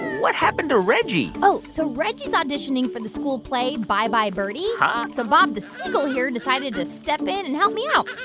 what happened to reggie? oh, so reggie's auditioning for the school play bye bye birdie. huh? so bob the seagull here decided to step in and help me out.